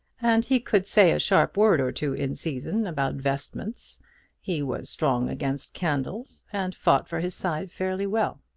and he could say a sharp word or two in season about vestments he was strong against candles, and fought for his side fairly well.